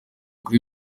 kuri